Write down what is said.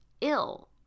ill